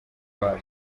bar